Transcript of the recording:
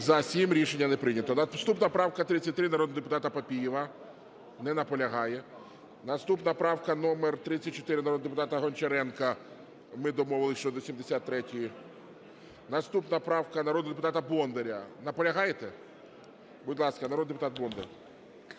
За-7 Рішення не прийнято. Наступна - правка 33, народного депутата Папієва. Не наполягає. Наступна - правка номер 34, народного депутата Гончаренка. Ми домовились, що до 73-ї. Наступна правка народного депутата Бондаря. Наполягаєте? Будь ласка, народний депутат Бондар.